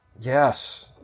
Yes